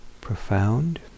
profound